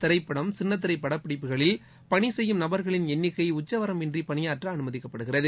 திரைப்படம் சின்னத்திரை படப்பிடிப்புகளில் பணி செய்யும் நபர்களின் எண்ணிக்கை உச்சவரம்பின்றி பணியாற்ற அனுமதிக்கப்படுகிறது